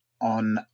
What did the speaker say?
on